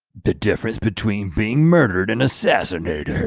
the difference between being murdered and assassinated.